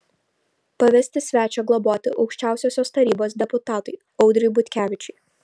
pavesti svečią globoti aukščiausiosios tarybos deputatui audriui butkevičiui